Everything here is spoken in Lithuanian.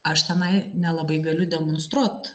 aš tenai nelabai galiu demonstruot